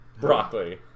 Broccoli